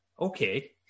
okay